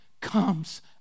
comes